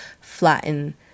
flatten